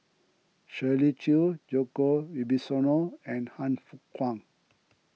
Shirley Chew Djoko Wibisono and Han Fook Kwang